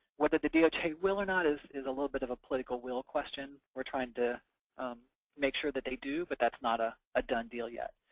whether the doj will or not is is a little bit of a political will question we're trying to make sure that they do, but that's not ah a done deal yet.